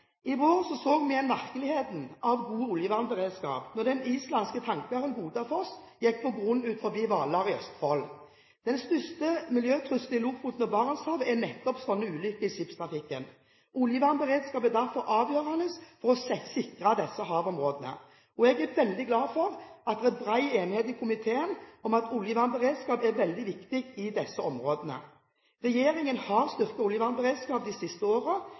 I vår så vi igjen viktigheten av god oljevernberedskap, da den islandske tankeren «Godafoss» gikk på grunn utenfor Hvaler i Østfold. Den største miljøtrusselen i Lofoten og Barentshavet er nettopp slike ulykker i skipstrafikken. Oljevernberedskap er derfor avgjørende for å sikre disse havområdene. Jeg er veldig glad for at det har vært bred enighet i komiteen om at oljevernberedskap er veldig viktig i disse områdene. Regjeringen har styrket oljevernberedskapen de siste